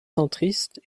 centriste